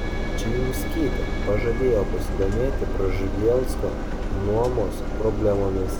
čijunskytė pažadėjo pasidomėti prževalsko nuomos problemomis